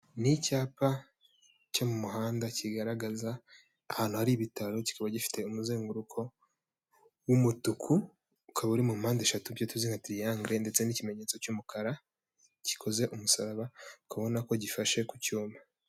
Ni icyapa cyo mu muhanda kigaragaza ahantu hari ibitaro, kikaba gifite umuzenguruko w'umutuku, ukaba uri mu mpande eshatu, ibyo tuzi nka tiriyangere ndetse n'ikimenyetso cy'umukara gikoze umusaraba, ukaba ukubona ko gifashe ku cyuma.